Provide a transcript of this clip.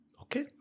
Okay